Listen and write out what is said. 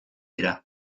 dira